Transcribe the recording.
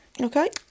Okay